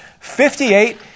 58